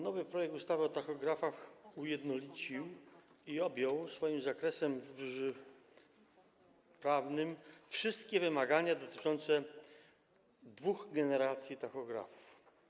Nowy projekt ustawy o tachografach ujednolicił i objął swoim zakresem prawnym wszystkie wymagania dotyczące dwóch generacji tachografów.